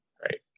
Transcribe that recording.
Right